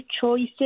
choices